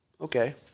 Okay